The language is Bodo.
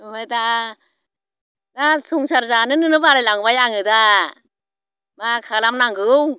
ओमफ्राय दा दा संसार जानोनो बालायलांबाय आङो दा मा खालामनांगौ